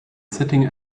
sitting